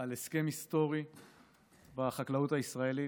על הסכם היסטורי בחקלאות הישראלית.